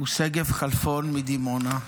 הוא שגב כלפון מדימונה.